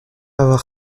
avoir